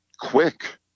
quick